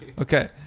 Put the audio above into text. Okay